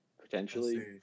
potentially